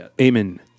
amen